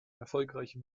erfolgreiche